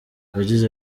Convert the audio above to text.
yagize